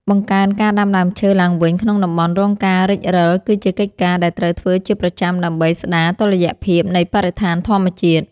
បង្កើនការដាំដើមឈើឡើងវិញក្នុងតំបន់រងការរេចរឹលគឺជាកិច្ចការដែលត្រូវធ្វើជាប្រចាំដើម្បីស្ដារតុល្យភាពនៃបរិស្ថានធម្មជាតិ។